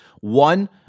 One